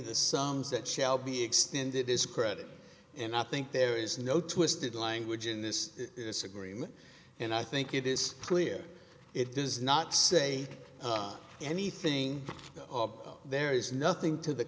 the songs that shall be extended this credit and i think there is no twisted language in this agreement and i think it is clear it does not say anything of there is nothing to the